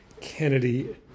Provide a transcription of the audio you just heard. Kennedy